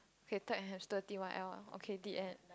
okay take hamster T_Y_L ah okay the end